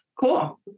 cool